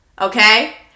okay